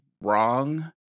wrong